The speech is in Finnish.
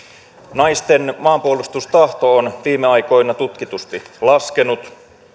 naisten maanpuolustustahto on viime aikoina tutkitusti laskenut